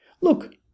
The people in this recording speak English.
Look